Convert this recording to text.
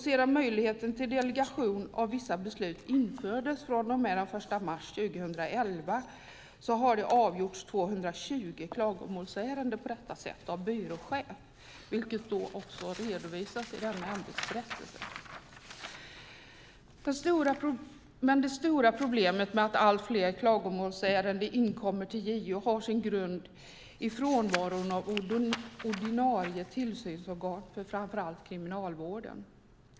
Sedan möjligheten till delegation av vissa beslut infördes från och med den 1 mars 2011 har 220 klagomålsärenden avgjorts av byråchef, vilket också redovisas i denna ämbetsberättelse. Det stora problemet med att allt fler klagomålsärenden inkommer till JO har sin grund i frånvaron av ordinarie tillsynsorgan för framför allt Kriminalvården.